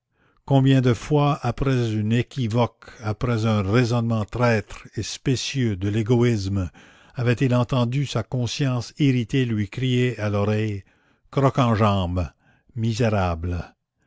combien de fois après une équivoque après un raisonnement traître et spécieux de l'égoïsme avait-il entendu sa conscience irritée lui crier à l'oreille croc-en-jambe misérable